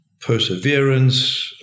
perseverance